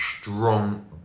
strong